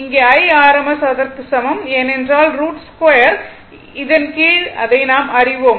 இங்கே IRMS அதற்கு சமம் ஏனென்றால் ரூட் ஸ்கொயர் இன் கீழ் அதை நாம் அறிவோம்